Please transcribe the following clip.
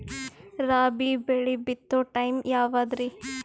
ರಾಬಿ ಬೆಳಿ ಬಿತ್ತೋ ಟೈಮ್ ಯಾವದ್ರಿ?